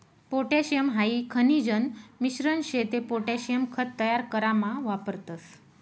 potassium हाई खनिजन मिश्रण शे ते पोटॅशियम खत तयार करामा वापरतस